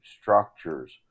structures